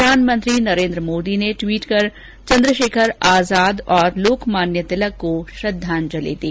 प्रधानमंत्री नरेन्द्र मोदी ने ट्वीट कर चंद्रशेखर आजाद और लोकमान्य तिलक को श्रद्धांजलि दी